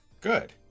Good